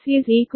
722 r